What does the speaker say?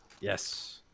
Yes